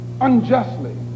unjustly